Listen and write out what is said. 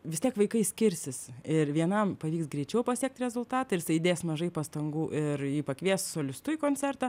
vis tiek vaikai skirsis ir vienam pavyks greičiau pasiekt rezultatą ir isai įdės mažai pastangų ir jį pakvies solistu į koncertą